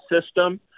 system